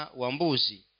wambuzi